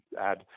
add